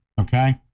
okay